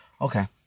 Okay